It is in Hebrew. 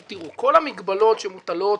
תראו, כל המגבלות שמוטלות